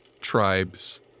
tribes